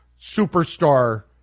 superstar